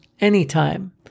anytime